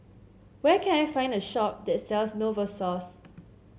where can I find a shop that sells Novosource